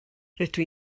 rydw